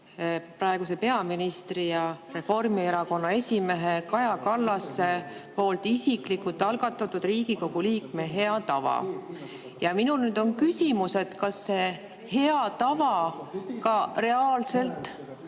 praeguse peaministri ja Reformierakonna esimehe Kaja Kallase poolt isiklikult algatatud Riigikogu liikme hea tava. Minul on küsimus, et kas see hea tava on ka reaalselt